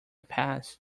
pass